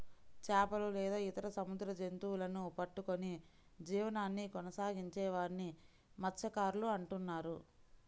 చేపలు లేదా ఇతర సముద్ర జంతువులను పట్టుకొని జీవనాన్ని కొనసాగించే వారిని మత్య్సకారులు అంటున్నారు